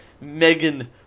Megan